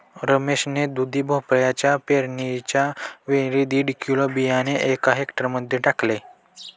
रमेश ने दुधी भोपळ्याच्या पेरणीच्या वेळी दीड किलो बियाणे एका हेक्टर मध्ये टाकले